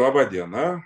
laba diena